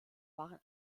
waren